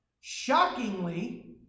Shockingly